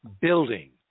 building